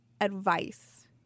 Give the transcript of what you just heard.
advice